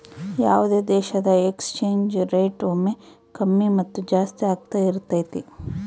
ಯಾವುದೇ ದೇಶದ exchange rate ಒಮ್ಮೆ ಕಮ್ಮಿ ಮತ್ತು ಜಾಸ್ತಿ ಆಗ್ತಾ ಇರತೈತಿ